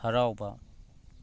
ꯍꯥꯔꯥꯎꯕ